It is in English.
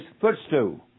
footstool